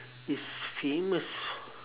is famous